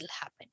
happen